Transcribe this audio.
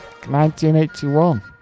1981